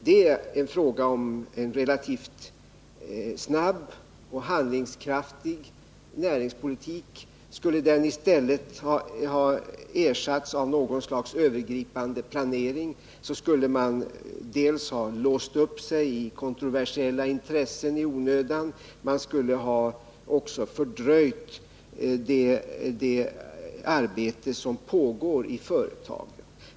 Det är fråga om en relativt snabb och handlingskraftig näringspolitik. Skulle den ha ersatts av något slags övergripande planering, så skulle man ha låst fast sig i kontroversiella intressen i onödan, och man skulle också ha fördröjt det arbete som pågår i företagen.